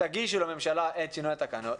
תגישו לממשלה את שינוי התקנות.